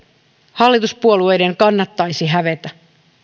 hallituspuolueiden kannattaisi hävetä